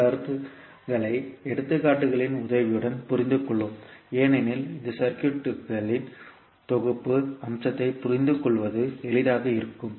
இந்த கருத்துக்களை எடுத்துக்காட்டுகளின் உதவியுடன் புரிந்துகொள்வோம் ஏனெனில் இது சர்க்யூட்களின் தொகுப்பு அம்சத்தைப் புரிந்துகொள்வது எளிதாக இருக்கும்